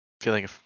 Feeling